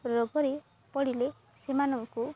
ରୋଗରେ ପଡ଼ିଲେ ସେମାନଙ୍କୁ